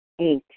Eight